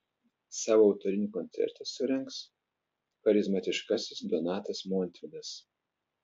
savo autorinį koncertą surengs charizmatiškasis donatas montvydas